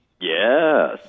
Yes